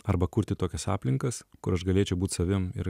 arba kurti tokias aplinkas kur aš galėčiau būt savimi ir